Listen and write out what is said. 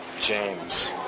James